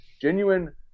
genuine